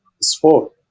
sport